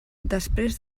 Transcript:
després